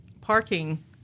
parking